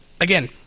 again